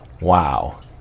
wow